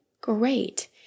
great